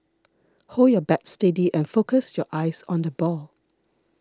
hold your bat steady and focus your eyes on the ball